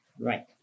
right